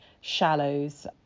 shallows